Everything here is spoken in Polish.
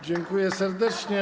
Dziękuję serdecznie.